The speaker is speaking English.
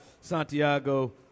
Santiago